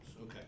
Okay